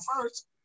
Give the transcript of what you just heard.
first